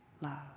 love